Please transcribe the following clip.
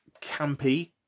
campy